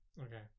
Okay